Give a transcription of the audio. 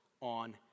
on